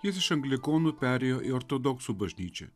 jis iš anglikonų perėjo į ortodoksų bažnyčią